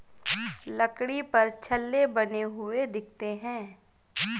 लकड़ी पर छल्ले बने हुए दिखते हैं